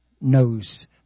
knows